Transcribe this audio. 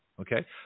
Okay